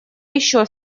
еще